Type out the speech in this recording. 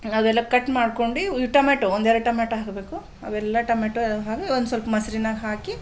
ಅವೆಲ್ಲ ಕಟ್ ಮಾಡ್ಕೊಂಡು ಟೊಮೆಟೋ ಒಂದೆರಡು ಟೊಮೆಟೋ ಹಾಕಬೇಕು ಅವೆಲ್ಲ ಟೊಮೆಟೋ ಹಾಕಿ ಒಂದ್ಸ್ವಲ್ಪ ಮೊಸ್ರಿನಾಗ ಹಾಕಿ